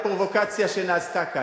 לפרובוקציה שנעשתה כאן.